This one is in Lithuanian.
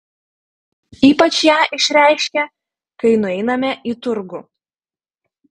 ypač ją išreiškia kai nueiname į turgų